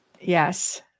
Yes